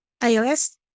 iOS